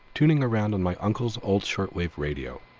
tuning around on my uncle's old shortwave radio.